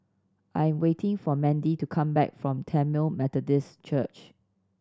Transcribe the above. I am waiting for Mandy to come back from Tamil Methodist Church